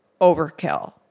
overkill